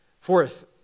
Fourth